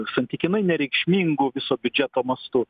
santykinai nereikšmingų viso biudžeto mastu